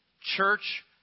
church